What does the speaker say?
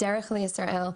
בדרך לישראל,